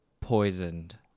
poisoned